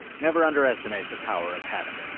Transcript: never underestimate the power of habit.